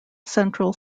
central